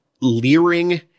leering